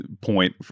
point